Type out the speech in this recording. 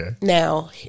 Now